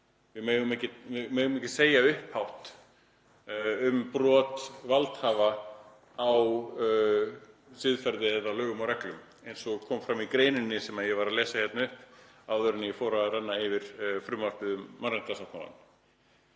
Við megum ekki tala upphátt um brot valdhafa gegn siðferði eða lögum og reglum, eins og kom fram í greininni sem ég var að lesa upp áður en ég fór að renna yfir frumvarpið um mannréttindasáttmálann.